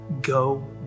go